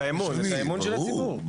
את האמון של הציבור.